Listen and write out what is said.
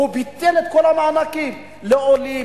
ביטל את כל המענקים לעולים,